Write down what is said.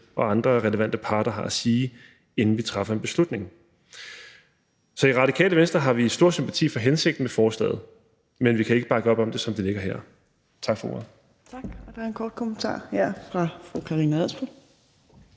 og andre relevante parter har at sige, inden vi træffer en beslutning. Så i Radikale Venstre har vi stor sympati for hensigten med forslaget, men vi kan ikke bakke op om det, som det ligger her. Tak for ordet. Kl. 17:03 Fjerde næstformand (Trine Torp):